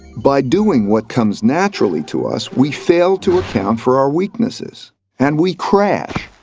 by doing what comes naturally to us, we fail to account for our weaknesses and we crash.